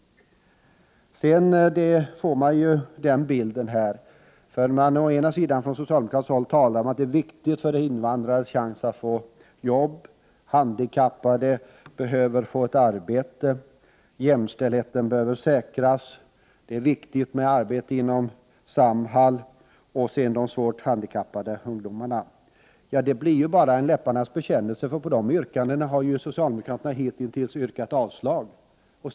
På socialdemokratiskt håll talar man om att det är viktigt att invandrarna får en chans att få bättre jobb, att handikappade får ett arbete och att jämställdheten säkras. Och det är också viktigt, framhålls det, med arbete inom Samhall och att man gör något beträffande de svårt handikappade ungdomarna. Men det blir ju bara en läpparnas bekännelse, eftersom socialdemokraterna hittills har yrkat avslag på dessa punkter.